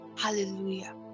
Hallelujah